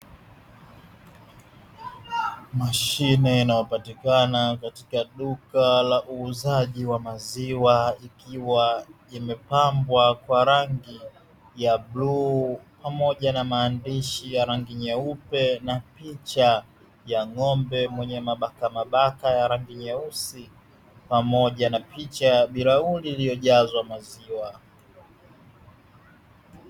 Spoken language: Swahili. Mashine inayopatikana katika duka la uuzaji wa maziwa, ikiwa imepambwa kwa rangi ya bluu pamoja na maandishi ya rangi nyeupe na picha ya ng'ombe mwenye mabakamabaka ya rangi nyeusi, pamoja na picha ya bilauri, iliyojazwa maziwa.